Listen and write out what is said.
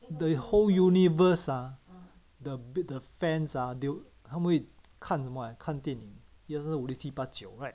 the whole universe ah the the fans ah they will 他们会看什么看电影一二三四五六七八九 right